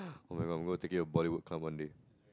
oh my god I want to take a Bollywood club one day